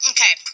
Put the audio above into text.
Okay